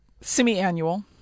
semi-annual